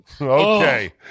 Okay